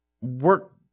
work